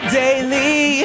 daily